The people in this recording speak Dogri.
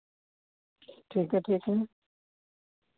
ठीक ऐ ठीक ऐ